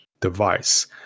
device